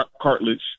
cartilage